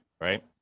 Right